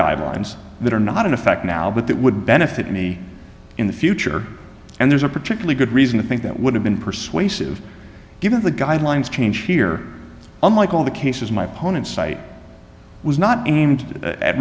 guidelines that are not in effect now but that would benefit me in the future and there's a particularly good reason to think that would have been persuasive given the guidelines changed here unlike all the cases my opponents cite was not aimed at